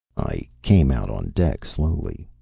i came out on deck slowly.